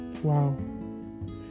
wow